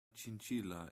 chinchilla